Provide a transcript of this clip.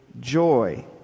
joy